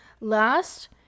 last